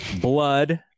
blood